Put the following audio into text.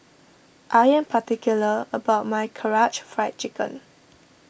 I am particular about my Karaage Fried Chicken